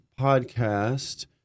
podcast